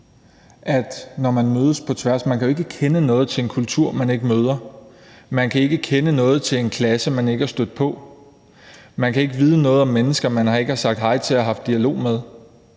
når man mødes på tværs. Man kan jo ikke kende noget til en kultur, man ikke møder; man kan ikke kende noget til en klasse, man ikke er stødt på; man kan ikke vide noget om mennesker, man ikke har sagt hej til og haft dialog med.